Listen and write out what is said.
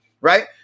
Right